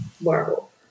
Marvel